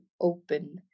open